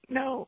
no